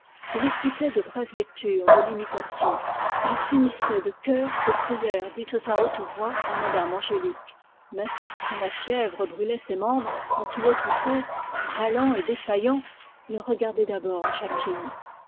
il écoutait de brèves lectures de l'imitation il s'unissait de cœur aux prières dites à haute voix par m me angélique mais quand la fièvre brûlait ses membres quand il étouffait râlant et défaillant il regardait d'abord jacquine